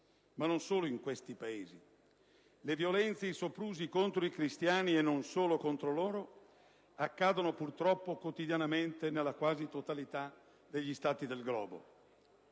Ma non solo in questi Paesi! Le violenze e i soprusi contro i cristiani, e non solo contro di loro, accadono purtroppo quotidianamente nella quasi totalità degli Stati del globo.